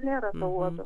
nėra to uodo